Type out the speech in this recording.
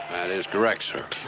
is correct, sir.